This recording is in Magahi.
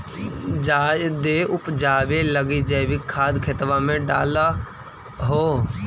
जायदे उपजाबे लगी जैवीक खाद खेतबा मे डाल हो?